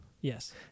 Yes